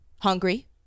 hungry